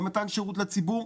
במתן שירות לציבור,